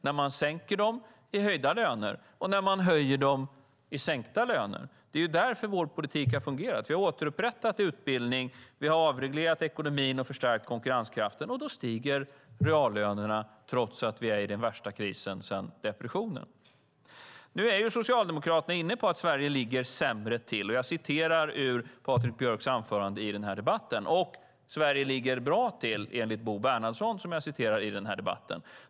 När man sänker dem blir det höjda löner, och när man höjer dem blir det sänkta löner. Det är därför vår politik har fungerat. Vi har återupprättat utbildning, avreglerat ekonomin och förstärkt konkurrenskraften. Då stiger reallönerna trots att vi är i den värsta krisen sedan depressionen. Nu är Socialdemokraterna inne på att Sverige ligger sämre till. Det är från Patrik Björcks anförande i debatten. Sverige ligger bra till, enligt vad Bo Bernhardsson säger i den här debatten.